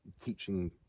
teaching